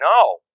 No